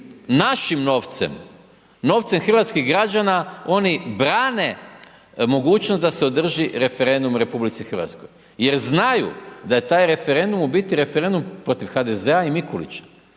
našim novcem, novcem hrvatskih građana, oni brane mogućnost da se održi referendum u RH, jer znaju da je taj referendum u biti referendum protiv HDZ-a i Mikulića,